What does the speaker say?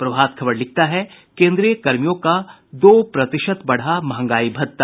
प्रभात खबर लिखता है केन्द्रीय कर्मियों का दो प्रतिशत बढ़ा मंहगाई भत्ता